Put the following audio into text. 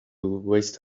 waste